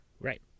Right